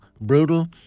brutal